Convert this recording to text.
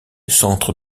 centre